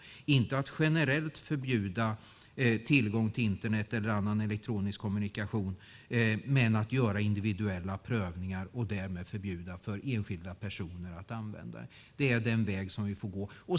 Det handlar inte om att generellt förbjuda tillgång till Internet eller annan elektronisk kommunikation, men man kan göra individuella prövningar och därmed förbjuda enskilda personer att använda det här. Det är den väg som vi får gå.